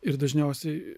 ir dažniausiai